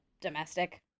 domestic